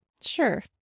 Sure